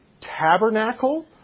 tabernacle